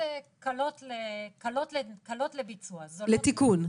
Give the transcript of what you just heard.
קלות לתיקון.